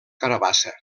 carabassa